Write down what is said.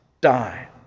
die